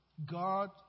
God